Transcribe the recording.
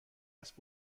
است